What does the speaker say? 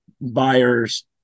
buyers